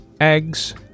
eggs